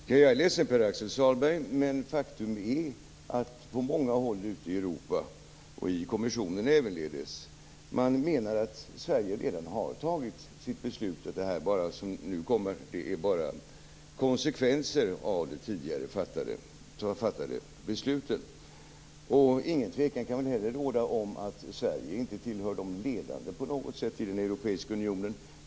Fru talman! Jag är ledsen, Pär-Axel Sahlberg, men faktum är att på många håll ute i Europa och ävenledes i kommissionen menar man att Sverige redan har tagit sitt beslut och att det som nu kommer bara är konsekvenser av tidigare fattade beslut. Ingen tvekan kan väl heller råda om att Sverige inte på något sätt tillhör de ledande i den europeiska unionen.